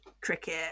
cricket